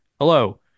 Hello